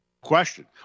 question